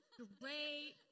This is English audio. great